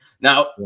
Now